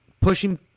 pushing